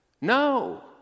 No